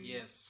Yes